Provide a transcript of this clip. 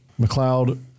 McLeod